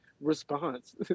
response